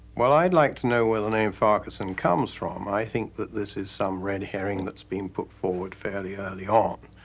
well i'd like to know where the name farquharson comes from. i think that this is some red herring that's being put forward fairly early on.